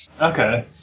Okay